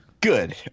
Good